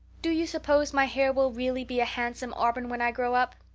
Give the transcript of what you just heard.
do you suppose my hair will really be a handsome auburn when i grow up?